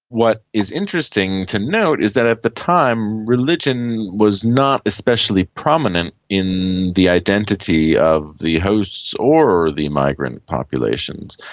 what is interesting to note is that at the time religion was not especially prominent in the identity of the hosts or the migrant populations.